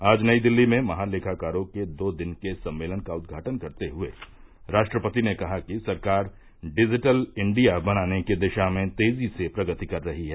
आज नई दिल्ली में महालेखाकारों के दो दिन के सम्मेलन का उद्घाटन करते हुए राष्ट्रपति ने कहा कि सरकार डिजिटल इंडिया बनाने की दिशा में तेजी से प्रगति कर रही है